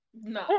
No